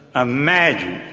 imagine,